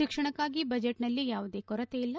ಶಿಕ್ಷಣಕ್ನಾಗಿ ಬಜೆಟ್ನಲ್ಲಿ ಯಾವುದೇ ಕೊರತೆ ಇಲ್ಲ